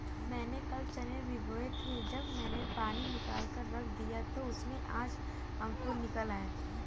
मैंने कल चने भिगोए थे जब मैंने पानी निकालकर रख दिया तो उसमें आज अंकुर निकल आए